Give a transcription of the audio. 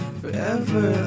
forever